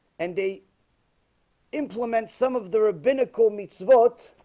and they implement some of the rabbinical meets vote